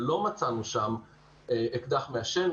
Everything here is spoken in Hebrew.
ולא מצאנו שם אקדח מעשן,